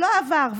לא עבר.